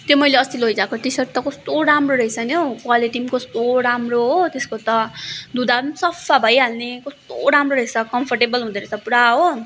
त्यो मैले अस्ति लागेको टी सर्ट त कस्तो राम्रो रहेछ नि हौ क्वालिटी पनि कस्तो राम्रो हो त्यस्को त धुँदा पनि सफा भइ हाल्ने कस्तो राम्रो रहेछ कमफोर्टेबल हुदो रहेछ पुरा हो